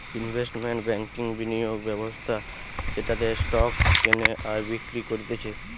investment ব্যাংকিংবিনিয়োগ ব্যবস্থা যেটাতে স্টক কেনে আর বিক্রি করতিছে